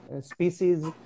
species